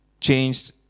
changed